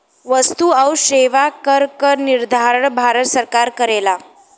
वस्तु आउर सेवा कर क निर्धारण भारत सरकार करेला